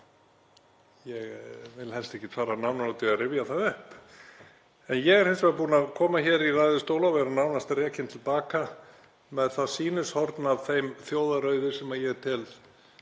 Ég vil helst ekki fara nánar út í að rifja það upp. Ég er hins vegar búinn að koma hér í ræðustól og vera nánast rekinn til baka með það sýnishorn af þeim þjóðarauði sem ég tel